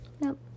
Nope